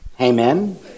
Amen